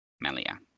Melia